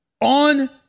On